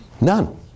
None